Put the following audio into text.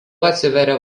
atsiveria